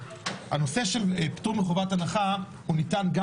הנושא של פטור מחובת הנחה הוא ניתן גם